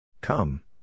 Come